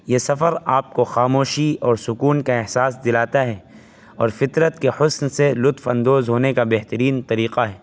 یہ سفر آپ کو خاموشی اور سکون کا احساس دلاتا ہے اور فطرت کے حسن سے لطف اندوز ہونے کا بہترین طریقہ ہے